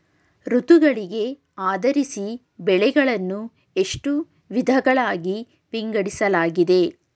ಋತುಗಳಿಗೆ ಆಧರಿಸಿ ಬೆಳೆಗಳನ್ನು ಎಷ್ಟು ವಿಧಗಳಾಗಿ ವಿಂಗಡಿಸಲಾಗಿದೆ?